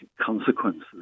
consequences